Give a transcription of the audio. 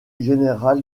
général